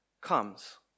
comes